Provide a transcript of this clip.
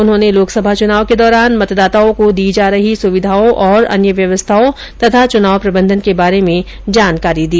उन्होंने लोकसभा चुनाव के दौरान मतदाताओं को दी जा रही सुविधाओं और अन्य व्यवस्थाओं और चुनाव प्रबधंन के बारे में जानकारी दी